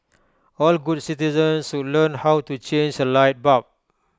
all good citizens should learn how to change A light bulb